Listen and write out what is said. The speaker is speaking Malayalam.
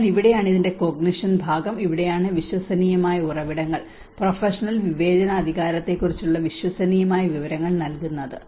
അതിനാൽ ഇവിടെയാണ് അതിന്റെ കോഗ്നിഷൻ ഭാഗം ഇവിടെയാണ് വിശ്വസനീയമായ ഉറവിടങ്ങൾ പ്രൊഫഷണൽ വിവേചനാധികാരത്തെക്കുറിച്ചുള്ള വിശ്വസനീയമായ വിവരങ്ങൾ നൽകുന്നത്